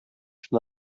from